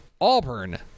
Auburn